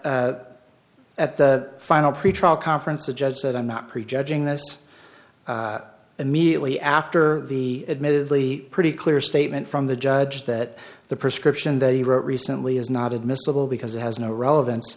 at the final pretrial conference the judge said i'm not prejudging this immediately after the admittedly pretty clear statement from the judge that the prescription that he wrote recently is not admissible because it has no relevan